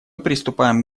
приступаем